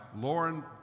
Lauren